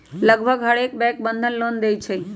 लगभग हर bank Bandhan loan देई छई